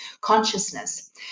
consciousness